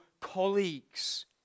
Colleagues